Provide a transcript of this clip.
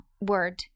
Word